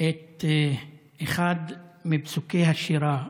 את אחד מפסוקי השירה,